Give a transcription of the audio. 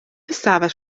ystafell